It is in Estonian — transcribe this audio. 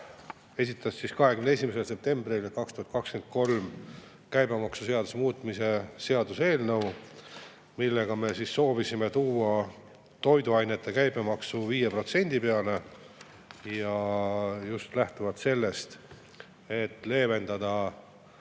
esitas 21. septembril 2023. aastal käibemaksuseaduse muutmise seaduse eelnõu, millega me soovime tuua toiduainete käibemaksu 5% peale just lähtuvalt sellest, et [parandada]